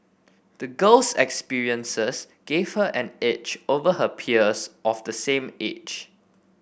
the girl's experiences gave her an edge over her peers of the same age